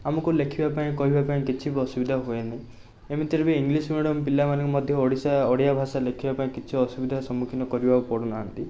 ଆମକୁ ଲେଖିବାପାଇଁ କହିବାପାଇଁ କିଛି ବି ଅସୁବିଧା ହୁଏନି ଏମିତିରେ ବି ଇଂଲିଶ୍ ମିଡ଼ିଅମ୍ ପିଲାମାନଙ୍କୁ ମଧ୍ୟ ଓଡ଼ିଶା ଓଡ଼ିଆ ଭାଷା ଲେଖିବାପାଇଁ କିଛି ଅସୁବିଧା ସମ୍ମୁଖୀନ କରିବାକୁ ପଡ଼ୁନାହାନ୍ତି